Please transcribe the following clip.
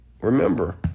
Remember